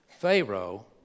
Pharaoh